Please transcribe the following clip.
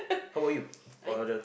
how about you while the